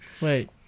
Wait